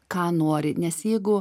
ką nori nes jeigu